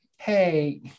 Hey